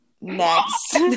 Next